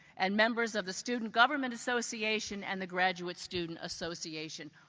and members of the student government association and the graduate student association.